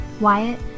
Wyatt